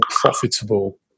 profitable